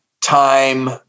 time